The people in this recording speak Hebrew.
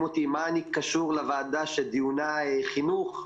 אותי מה אני קשור לוועדה שעניינה חינוך,